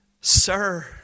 Sir